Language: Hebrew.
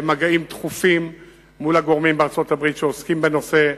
במגעים דחופים מול הגורמים בארצות-הברית שעוסקים בנושא,